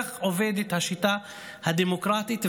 כך עובדת השיטה הדמוקרטית.